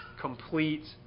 complete